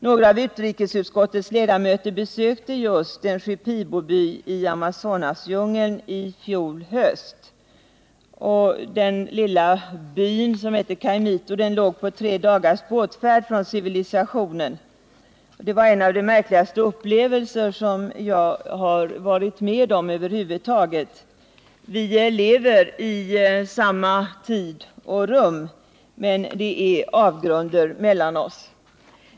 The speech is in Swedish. Några av utrikesutskottets ledamöter besökte just en Shipiboby i Amazonasdjungeln i fjol höst. Den lilla byn, som hette Caimito, låg tre dagars båtfärd från civilisationen. Det var en av de märkligaste upplevelser som jag har varit med om över huvud taget. Vi lever i samma tid och rum — men det är avgrunder mellan oss.